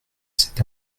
cet